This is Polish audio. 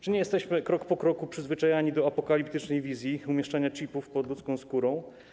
Czy nie jesteśmy krok po kroku przyzwyczajani do apokaliptycznej wizji umieszczania czipów pod ludzką skórą?